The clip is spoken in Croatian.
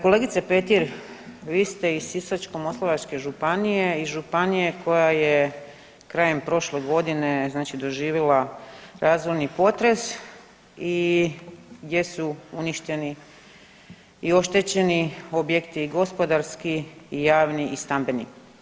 Kolegice Petir, vi ste iz Sisačko-moslavačke županije iz županije koja je krajem prošle godine, znači doživjela razorni potres i gdje su uništeni i oštećeni objekti i gospodarski i javni i stambeni.